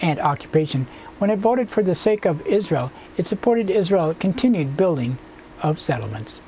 and occupation when i voted for the sake of israel it's supported israel continued building of settlements